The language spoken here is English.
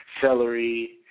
celery